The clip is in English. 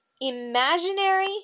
imaginary